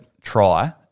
try